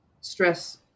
stress